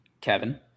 Kevin